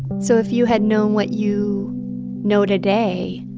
so if you had known what you know today,